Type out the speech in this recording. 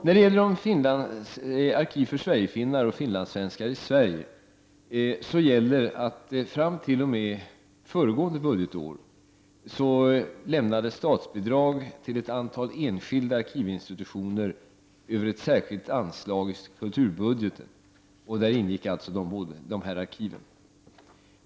När det gäller arkiv för Sverigefinnar och finlandssvenskar i Sverige, gäller att fram t.o.m. föregående budgetår lämnades statsbidrag till ett antal enskilda arkivinstitutioner över ett särskilt anslag i kulturbudgeten. Där ingick dessa arkiv.